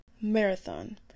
Marathon